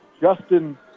Justin